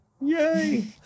yay